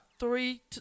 three